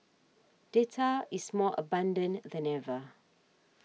data is more abundant than ever